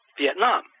Vietnam